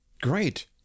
Great